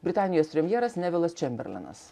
britanijos premjeras nevilas čemberlenas